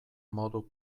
modu